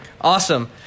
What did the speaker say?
Awesome